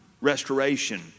restoration